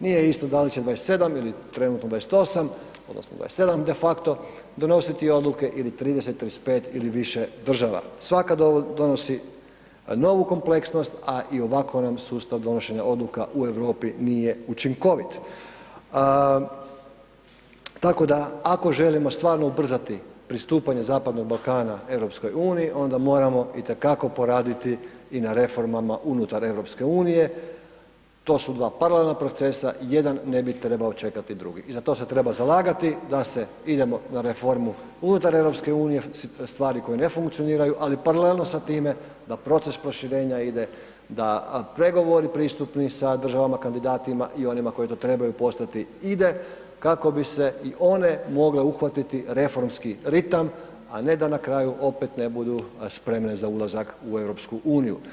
Nije isto da li će 27 ili trenutno 28 odnosno 27 de facto donositi odluke ili 30, 35 ili više država, svaka donosi novu kompleksnost, a i ovako nam sustav donošenja odluka u Europi nije učinkovit, tako da ako želimo stvarno ubrzati pristupanje zapadnog Balkana EU, ona moramo itekako poraditi i na reformama unutar EU, to su dva paralelna procesa, jedan ne bi trebao čekati drugi i za to se treba zalagati da se idemo na reformu unutar EU stvari koje ne funkcioniraju, ali paralelno sa time da proces proširenja ide da pregovori pristupni sa državama kandidatima i onima koji to trebaju postati ide kako bi se i one mogle uhvatiti reformski ritam, a ne da na kraju opet ne budu spremne za ulazak u EU.